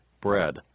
bread